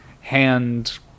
hand